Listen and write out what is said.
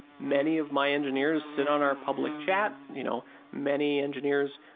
many of my engineers sit on our public chat. you know many engineers,